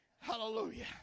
Hallelujah